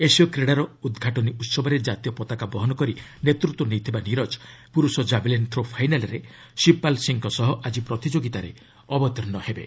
ଏସୀୟ କ୍ରୀଡ଼ାର ଉଦ୍ଘାଟନୀ ଉହବରେ ଜାତୀୟ ପତାକା ବହନ କରି ନେତୃତ୍ୱ ନେଇଥିବା ନିରଜ ପୁରୁଷ ଜାଭେଲିନ୍ ଥ୍ରୋ ଫାଇନାଲ୍ରେ ଶିବପାଲ୍ ସିଂଙ୍କ ସହ ଆଜି ପ୍ରତିଯୋଗୀତାରେ ଅବତୀର୍ଣ୍ଣ ହେବେ